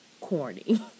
corny